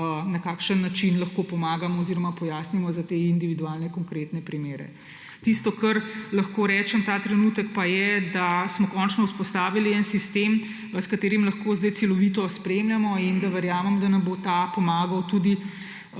na kakšen način lahko pomagamo oziroma pojasnimo za te individualne konkretne primere. Tisto, kar lahko rečem ta trenutek, pa je, da smo končno vzpostavili en sistem, s katerim lahko zdaj celovito spremljamo, in verjamem, da nam bo ta pomagal tudi